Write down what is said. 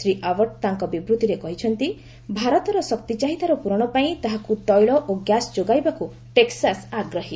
Shri Abbott ତାଙ୍କ ବିବୃତ୍ତିରେ କହିଛନ୍ତି ଭାରତର ଶକ୍ତି ଚାହିଦାର ପୂରଣପାଇଁ ତାହାକୁ ତୈଳ ଓ ଗ୍ୟାସ ଯୋଗାଇବାକ୍ ଟେକ୍ସାସ୍ ଆଗ୍ରହୀ